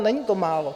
Není to málo.